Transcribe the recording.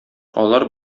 алар